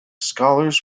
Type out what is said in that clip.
scholars